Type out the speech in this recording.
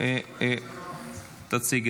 הודעה לסגנית